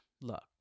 look